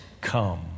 come